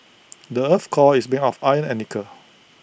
the Earth's core is been of iron and nickel